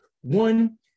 One